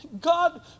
god